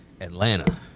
Atlanta